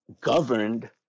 governed